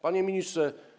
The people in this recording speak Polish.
Panie Ministrze!